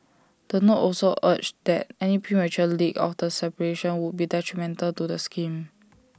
the note also urged that any premature leak of the separation would be detrimental to the scheme